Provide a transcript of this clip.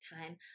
time